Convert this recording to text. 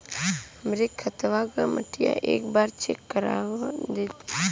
हमरे खेतवा क मटीया एक बार चेक करवा देत?